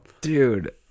Dude